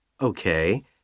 Okay